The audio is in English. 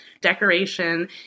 decoration